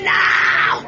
now